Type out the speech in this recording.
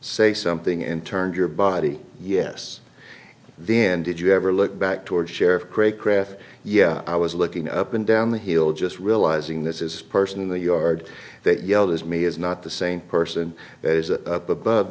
say something and turned your body yes then did you ever look back toward sheriff craig craft yeah i was looking up and down the hill just realizing this is person in the yard that yelled at me is not the same person as a above